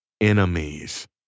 enemies